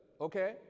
Okay